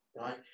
Right